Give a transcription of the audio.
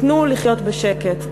תנו לחיות בשקט.